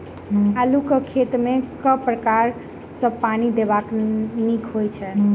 आलु केँ खेत मे केँ प्रकार सँ पानि देबाक नीक होइ छै?